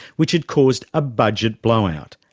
which had caused a budget blowout.